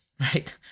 right